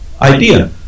idea